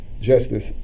justice